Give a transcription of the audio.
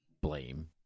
blame